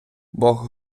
бог